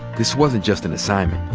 this wasn't just an assignment.